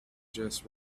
just